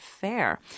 fair